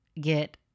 get